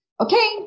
okay